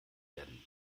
werden